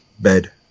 bed